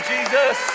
Jesus